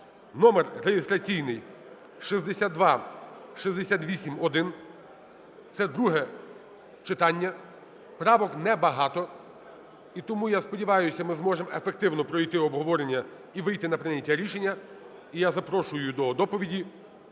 (номер реєстраційний 6268-1). Це друге читання. Правок небагато. І тому, я сподіваюся, ми зможемо ефективно пройти обговорення і вийти на прийняття рішення. І я запрошую до доповіді